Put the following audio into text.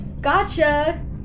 Gotcha